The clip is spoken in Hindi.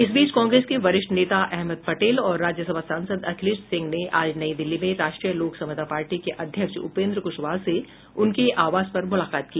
इस बीच कांग्रेस के वरिष्ठ नेता अहमद पटेल और राज्यसभा सांसद अखिलेश सिंह ने आज नई दिल्ली में राष्ट्रीय लोक समता पार्टी के अध्यक्ष उपेन्द्र क्शवाहा से उनके आवास पर मुलाकात की